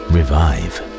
Revive